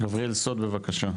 גבריאל סוד בבקשה.